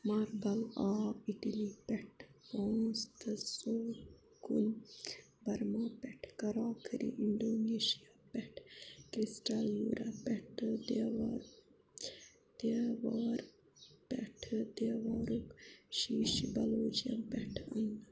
marble آو Italy پٮ۪ٹھ فوس تہٕ سوگُن برما پٮ۪ٹھ کراکری انڈونیشیا پٮ۪ٹھ کرٛسٹل یورپ پٮ۪ٹھ تہٕ دیوار دیوار پٮ۪ٹھٕ دیوارُک شیٖشہٕ بیلجیم پٮ۪ٹھ أنۍ